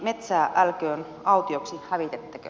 metsää älköön autioksi hävitettäkö